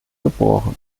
geboren